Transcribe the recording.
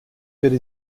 werde